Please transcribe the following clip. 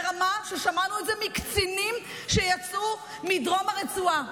ברמה ששמענו את זה מקצינים שיצאו מדרום הרצועה.